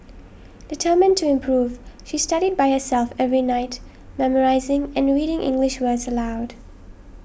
determined to improve she studied by herself every night memorising and reading English words aloud